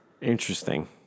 Interesting